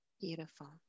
beautiful